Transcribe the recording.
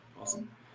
Awesome